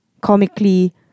comically